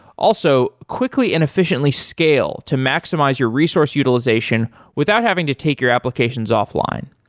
also, quickly and efficiently scale to maximize your resource utilization without having to take your applications offline.